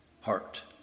heart